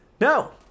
No